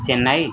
Chennai